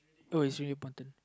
two is really important